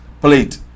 plate